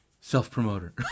self-promoter